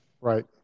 Right